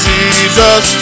Jesus